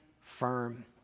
firm